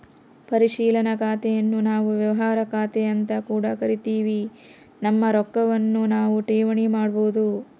ಪರಿಶೀಲನಾ ಖಾತೆನ್ನು ನಾವು ವ್ಯವಹಾರ ಖಾತೆಅಂತ ಕೂಡ ಕರಿತಿವಿ, ನಮ್ಮ ರೊಕ್ವನ್ನು ನಾವು ಠೇವಣಿ ಮಾಡಬೋದು